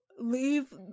leave